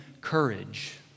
courage